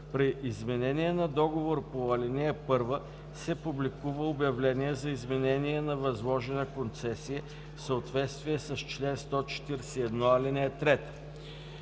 При изменение на договор по ал. 1 се публикува обявление за изменение на възложена концесия в съответствие с чл.